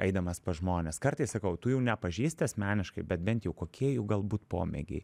eidamas pas žmones kartais sakau tu jų nepažįsti asmeniškai bet bent jau kokie jų galbūt pomėgiai